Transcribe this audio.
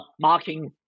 marking